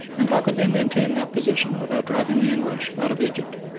and how could they maintain that position without driving the english out of egypt?